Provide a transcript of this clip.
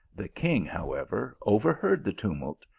the king, however, overheard the tumult,